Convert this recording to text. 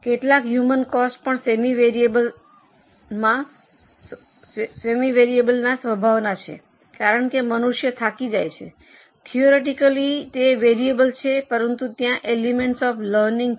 કેટલાક human cost પણ semi વેરિયેબલમાં સ્વભાવના છે કારણ કે મનુષ્ય થાકી જાય છે થિયોરેટિકેલી તે વેરિયેબલ છે પરંતુ ત્યાં એલિમેન્ટ્સ ઑફ લર્નિંગ છે